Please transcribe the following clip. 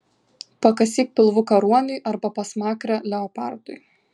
pakasyk pilvuką ruoniui arba pasmakrę leopardui